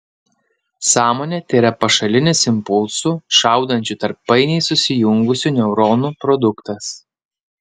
sąmonė tėra pašalinis impulsų šaudančių tarp painiai susijungusių neuronų produktas